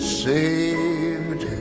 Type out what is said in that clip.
saved